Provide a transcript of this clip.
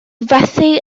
fethu